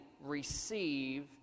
receive